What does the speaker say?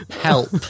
help